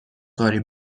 کاری